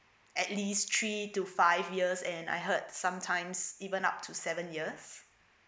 at least three to five years and I heard sometimes even up to seven years